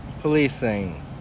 Policing